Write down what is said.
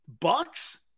Bucks